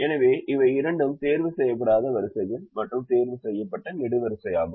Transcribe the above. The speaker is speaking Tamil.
எனவே இவை இரண்டும் தேர்வு செய்யப்படாத வரிசைகள் மற்றும் தேர்வு செய்யப்பட்ட நெடுவரிசையாகும்